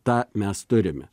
tą mes turime